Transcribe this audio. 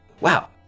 wow